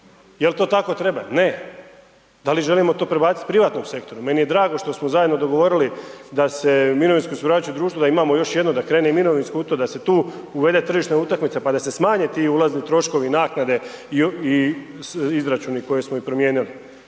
Jel to tako treba? Ne. Da li želimo to prebaciti privatnom sektoru? Meni je drago što smo zajedno dogovorili da se mirovinsko osiguravajuće društvo da imamo još jedno da krene mirovinsko u to, da se tu uvede tržišna utakmica pa da se smanje ti ulazni troškovi, naknade i izračuni koje smo i promijenili.